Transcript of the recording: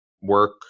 work